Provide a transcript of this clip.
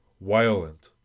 violent